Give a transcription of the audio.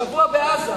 שבוע בעזה.